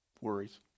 worries